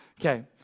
Okay